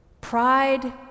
Pride